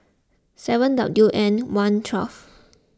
seven W N one twelve